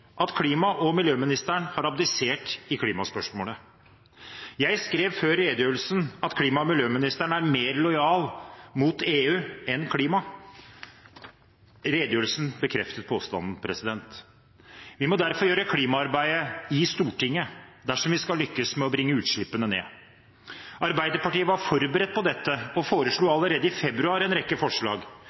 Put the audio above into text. at klima- og miljøministeren har abdisert i klimaspørsmålet. Jeg skrev før redegjørelsen at klima- og miljøministeren er mer lojal mot EU enn mot klimaet. Redegjørelsen bekreftet påstanden. Vi må derfor gjøre klimaarbeidet i Stortinget dersom vi skal lykkes med å bringe utslippene ned. Arbeiderpartiet var forberedt på dette og foreslo allerede i februar en rekke forslag.